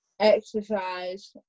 exercise